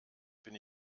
bin